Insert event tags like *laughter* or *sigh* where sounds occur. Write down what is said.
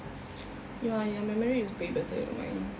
*noise* ya your memory is way better than mine